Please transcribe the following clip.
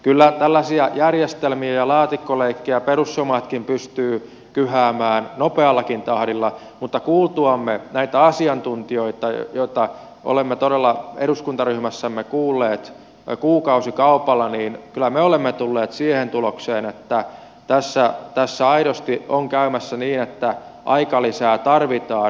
kyllä tällaisia järjestelmiä ja laatikkoleikkejä perussuomalaisetkin pystyvät kyhäämään nopeallakin tahdilla mutta kuultuamme näitä asiantuntijoita joita olemme todella eduskuntaryhmässämme kuulleet kuukausikaupalla me olemme kyllä tulleet siihen tulokseen että tässä aidosti on käymässä niin että aikalisää tarvitaan